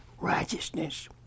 righteousness